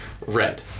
red